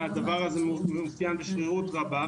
שהדבר הזה מאופיין בשרירות רבה.